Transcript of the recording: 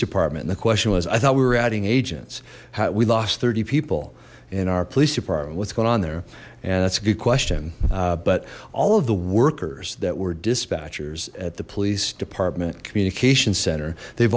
department and the question was i thought we were adding agents how we lost thirty people in our police department what's going on there and that's a good question but all of the workers that were dispatchers at the police department communication center